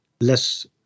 less